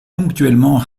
ponctuellement